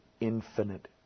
infinite